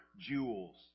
jewels